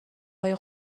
های